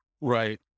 Right